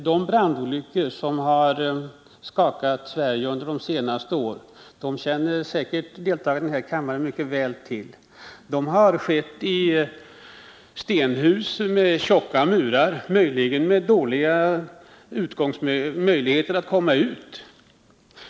Herr talman! Ledamöterna i den här kammaren känner säkert mycket väl till de brandolyckor som har skakat Sverige under de senaste åren. De har skett i stenhus med tjocka murar, möjligen med dåliga möjligheter att komma ut.